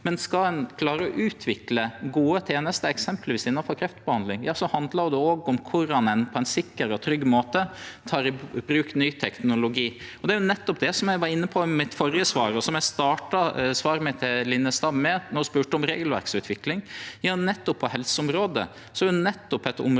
klare å utvikle gode tenester, eksempelvis innanfor kreftbehandling, handlar det òg om korleis ein på ein sikker og trygg måte tek i bruk ny teknologi. Det er nettopp det eg var inne på i mitt førre svar, og som eg starta svaret mitt til Linnestad med, då ho spurde om regelverksutvikling. Helseområdet er nettopp eit område